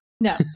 No